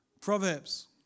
Proverbs